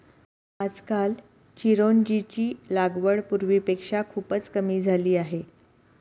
आजकाल चिरोंजीची लागवड पूर्वीपेक्षा खूपच कमी झाली आहे